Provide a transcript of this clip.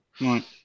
Right